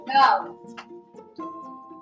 no